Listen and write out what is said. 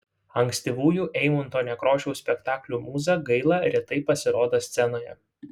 ankstyvųjų eimunto nekrošiaus spektaklių mūza gaila retai pasirodo scenoje